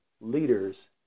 leaders